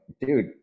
dude